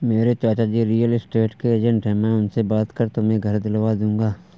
मेरे चाचाजी real estate के एजेंट है मैं उनसे बात कर तुम्हें घर दिलवा दूंगा